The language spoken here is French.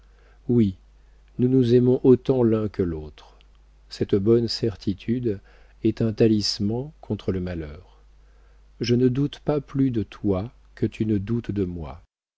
oui nous nous aimons autant l'un que l'autre cette bonne certitude est un talisman contre le malheur je ne doute pas plus de toi que tu ne doutes de moi